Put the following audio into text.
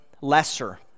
lesser